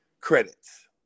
credits